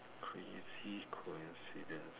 crazy coincidence